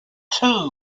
too